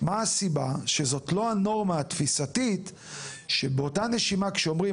מה הסיבה שזאת לא הנורמה התפיסתית שבאותה נשימה שאומרים